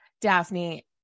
Daphne